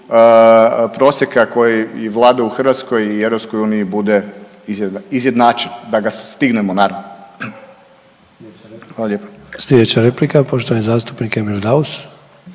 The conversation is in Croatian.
prosjeka koji i vlada u Hrvatskoj i EU bude izjednačila, da ga stignemo…/Govornik